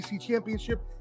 championship